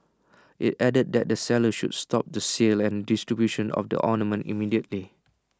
IT added that the sellers should stop the sale and distribution of the ointment immediately